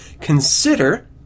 Consider